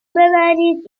ببرید